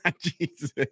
Jesus